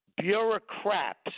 Bureaucrats